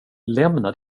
lämna